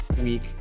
week